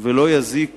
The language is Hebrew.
ולא יזעיק